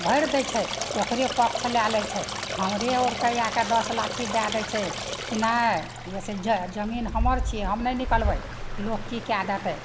भैरि दै छै ओकरे पक्ष लए लै छै हमरे आओर कए दस लाठी दए दै छै कि नहि जेतए जजमीन हमर छियै हमर नहि निकलबै लोक की कए देतै